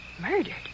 Murdered